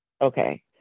Okay